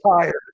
tired